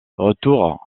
retour